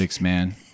man